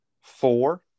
four